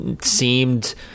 seemed